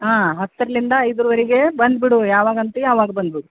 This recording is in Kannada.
ಹಾಂ ಹತ್ತರಿಂದ ಐದರವರೆಗೆ ಬಂದುಬಿಡು ಯಾವಾಗ ಅಂತೀ ಆವಾಗ ಬಂದುಬಿಡು